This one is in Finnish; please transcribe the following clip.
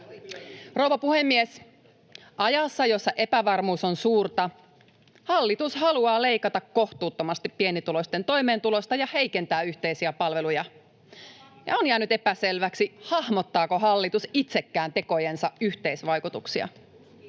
Rouva puhemies! Ajassa, jossa epävarmuus on suurta, hallitus haluaa leikata kohtuuttomasti pienituloisten toimeentulosta ja heikentää yhteisiä palveluja. On jäänyt epäselväksi, hahmottaako hallitus itsekään tekojensa yhteisvaikutuksia.